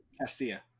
Castilla